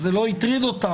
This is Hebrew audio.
אז זה לא הטריד אותם,